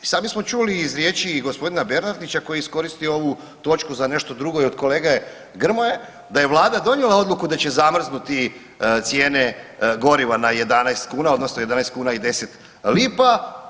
I sami smo čuli iz riječi i gospodina Bernardića koji je iskoristio ovu točku za nešto drugo i od kolege Grmoje, da je Vlada donijela odluku da će zamrznuti cijene goriva na 11 kuna, odnosno 11 kuna i 10 lipa.